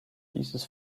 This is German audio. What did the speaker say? dieses